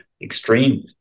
extreme